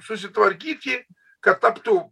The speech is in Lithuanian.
susitvarkyti kad taptų